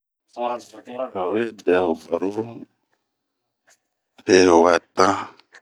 A we dɛ ho baro he ho wa tanh.